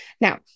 Now